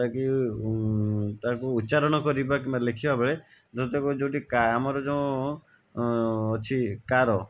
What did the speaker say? ଟାକି ତାକୁ ଉଚ୍ଚାରଣ କରିବା କିମ୍ବା ଲେଖିବା ବେଳେଯଦି ତାକୁ ଯେଉଁଠି କା ଆମର ଯେଉଁ ଅଛି କାର